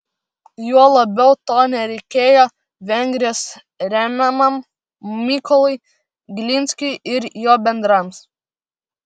juo labiau to nereikėjo vengrijos remiamam mykolui glinskiui ir jo bendrams